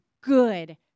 good